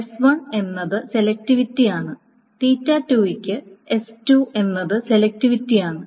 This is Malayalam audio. s1 എന്നത് സെലക്റ്റിവിറ്റിയാണ് യ്ക്ക് s2 എന്നത് സെലക്റ്റിവിറ്റിയാണ്